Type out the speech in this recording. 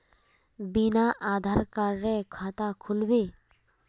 बिना आधार कार्डेर खाता खुल बे?